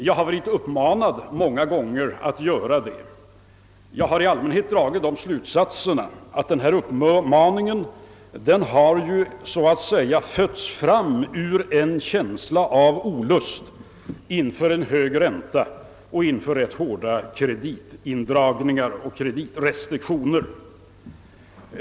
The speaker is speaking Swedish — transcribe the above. Jag har varit uppmanad många gånger att göra detta. Jag har i allmänhet dra git slutsatserna att denna uppmaning, så att säga har fötts fram ur en känsla av olust inför en hög ränta och inför rätt hårda kreditindragningar och restriktioner.